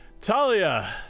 Talia